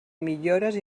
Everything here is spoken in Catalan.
millores